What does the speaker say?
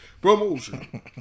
Promotion